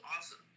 awesome